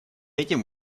этим